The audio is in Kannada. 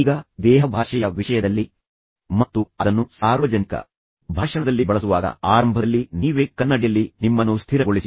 ಈಗ ದೇಹಭಾಷೆಯ ವಿಷಯದಲ್ಲಿ ಮತ್ತು ಅದನ್ನು ಸಾರ್ವಜನಿಕ ಭಾಷಣದಲ್ಲಿ ಬಳಸುವಾಗ ಆರಂಭದಲ್ಲಿ ನೀವೇ ಕನ್ನಡಿಯಲ್ಲಿ ನಿಮ್ಮನ್ನು ಸ್ಥಿರಗೊಳಿಸಿ